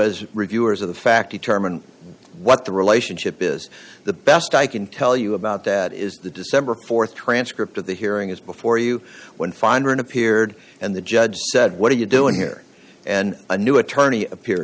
as reviewers of the fact the term and what the relationship is the best i can tell you about that is the december th transcript of the hearing is before you when finder and appeared and the judge said what are you doing here and a new attorney appear